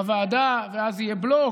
בוועדה ואז יהיה בלוק.